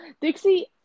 Dixie